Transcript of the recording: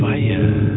Fire